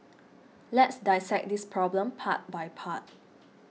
let's dissect this problem part by part